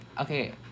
okay